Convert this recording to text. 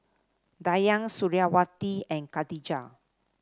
Dayang Suriawati and Khadija